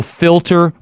filter